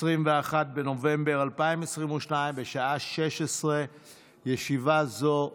21 בנובמבר 2022, בשעה 16:00. ישיבה זו